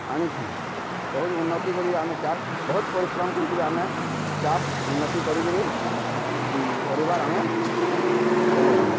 ଆଣିଛୁଁ ବହୁତ୍ ଉନ୍ନତି କରି ଆମେ ଚାଷ୍ ବହୁତ୍ ପରିଶ୍ରମ କରିକିରି ଆମେ ଚାଷ୍ ଉନ୍ନତି କରିକିରି ପରିବାର୍ ଆମେ ଚଲଉଛୁଁ